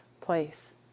place